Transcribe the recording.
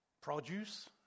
Produce